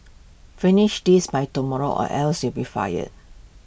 finish this by tomorrow or else you'll be fired